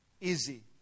easy